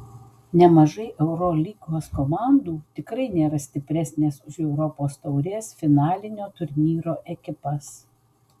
nemažai eurolygos komandų tikrai nėra stipresnės už europos taurės finalinio turnyro ekipas